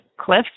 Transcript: Cliff